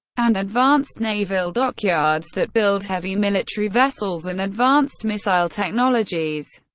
and advanced naval dockyards that build heavy military vessels and advanced missile technologies.